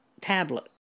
tablet